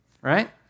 right